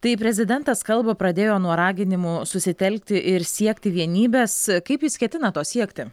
tai prezidentas kalbą pradėjo nuo raginimų susitelkti ir siekti vienybės kaip jis ketina to siekti